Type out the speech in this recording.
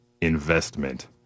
investment